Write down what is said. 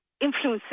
influences